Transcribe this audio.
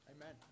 amen